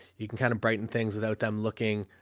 you can kind of brighten things without them looking,